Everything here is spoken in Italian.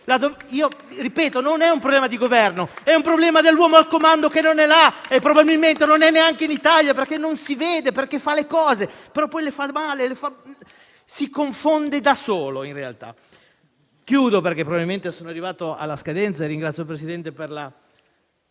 Ripeto che non è un problema di Governo; è un problema dell'uomo al comando, che non è là e probabilmente non è neanche in Italia, perché non si vede, perché fa le cose però poi le fa male, si confonde da solo in realtà. Chiudo, perché probabilmente sono arrivato alla scadenza, e ringrazio il Presidente per